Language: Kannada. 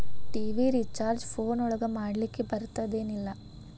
ಟಿ.ವಿ ರಿಚಾರ್ಜ್ ಫೋನ್ ಒಳಗ ಮಾಡ್ಲಿಕ್ ಬರ್ತಾದ ಏನ್ ಇಲ್ಲ?